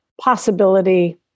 possibility